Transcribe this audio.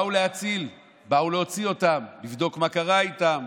באו להוציא אותם, לבדוק מה קרה איתם.